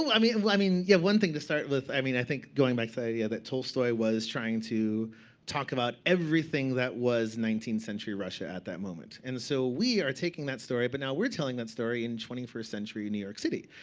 i mean but i mean yeah. one thing to start with i mean i think going back to that idea that tolstoy was trying to talk about everything that was nineteenth century russia at that moment. and so we are taking that story, but now we're telling that story in twenty first century new york city,